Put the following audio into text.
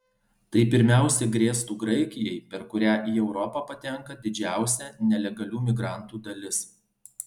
tai pirmiausia grėstų graikijai per kurią į europą patenka didžiausia nelegalių migrantų dalis